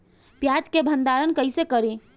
प्याज के भंडारन कईसे करी?